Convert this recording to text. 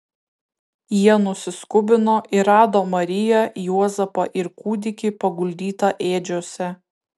jie nusiskubino ir rado mariją juozapą ir kūdikį paguldytą ėdžiose